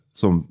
som